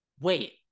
wait